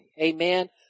Amen